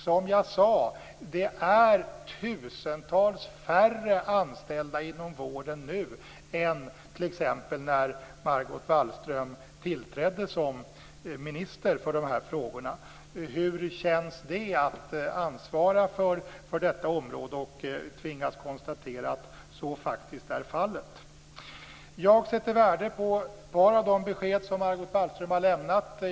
Som jag sade är det tusentals färre anställda inom vården nu än t.ex. när Margot Wallström tillträdde som minister för dessa frågor. Hur känns det att ansvara för detta område och tvingas konstatera att så faktiskt är fallet? Jag sätter värde på ett par av de besked som Margot Wallström har lämnat.